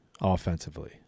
offensively